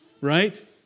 right